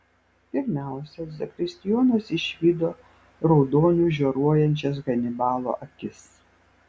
pirmiausia zakristijonas išvydo raudoniu žioruojančias hanibalo akis